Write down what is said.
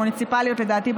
לדעתי,